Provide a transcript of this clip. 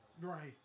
right